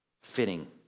Fitting